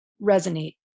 resonate